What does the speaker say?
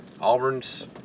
Auburn's